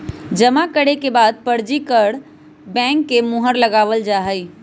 जमा करे के बाद पर्ची पर बैंक के मुहर लगावल जा हई